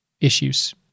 issues